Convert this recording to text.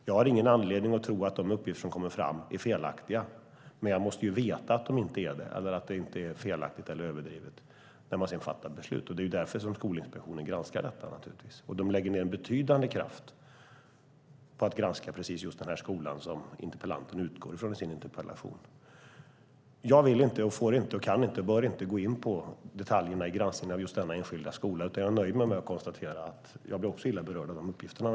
Jag har ingen anledning att tro att de uppgifter som kommer fram är felaktiga, men jag måste ju veta att de inte är felaktiga eller överdrivna när man fattar beslut. Det är därför som Skolinspektionen granskar detta. De lägger ned betydande kraft på att granska just den skola som interpellanten utgår från i sin interpellation. Jag vill inte och får inte gå in på detaljerna i granskningen av just denna enskilda skola, utan jag nöjer mig med att konstatera att jag också blir illa berörd av uppgifterna.